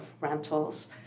rentals